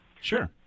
Sure